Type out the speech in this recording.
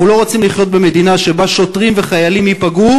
אנחנו לא רוצים לחיות במדינה שבה שוטרים וחיילים ייפגעו